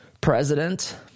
president